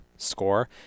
score